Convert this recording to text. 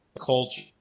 culture